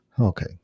Okay